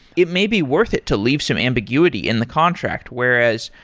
it may be worth it to leave some ambiguity in the contract. whereas,